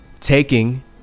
Taking